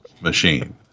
machine